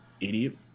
idiot